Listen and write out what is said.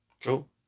cool